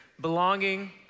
belonging